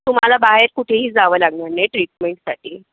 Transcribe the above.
तुम्हाला बाहेर कुठेही जाव लागणार नाही ट्रीटमेंटसाठी